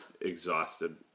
exhausted